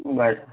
બસ